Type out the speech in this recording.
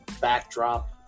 backdrop